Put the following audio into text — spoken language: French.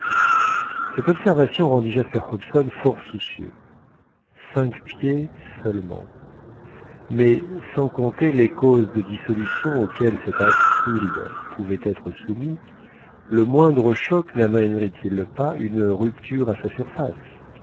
cette observation rendit jasper hobson fort soucieux cinq pieds seulement mais sans compter les causes de dissolution auxquelles cet icefield pouvait être soumis le moindre choc namènerait il pas une rupture à sa surface